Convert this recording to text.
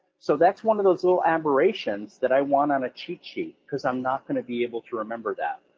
so that's one of those little aberrations that i want on a cheat sheet, cause i'm not going to be able to remember that.